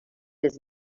his